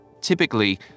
Typically